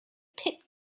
pitt